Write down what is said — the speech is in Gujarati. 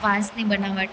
વાંસની બનાવટ